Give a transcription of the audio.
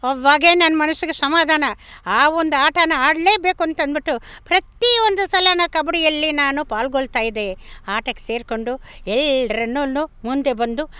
ಅವಾಗೆ ನನ್ನ ಮನಸ್ಸಿಗೆ ಸಮಾಧಾನ ಆವೊಂದು ಆಟನ ಆಡಲೇಬೇಕು ಅಂತ ಅಂದ್ಬಿಟ್ಟು ಪ್ರತಿಯೊಂದು ಸಲವೂ ಕಬಡ್ಡಿಯಲ್ಲಿ ನಾನು ಪಾಲ್ಗೋಳ್ತಾ ಇದ್ದೆ ಆಟಕ್ಕೆ ಸೇರ್ಕೊಂಡು ಎಲ್ರನ್ನೂ ಮುಂದೆ ಬಂದು